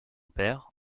père